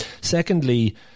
Secondly